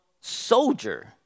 soldier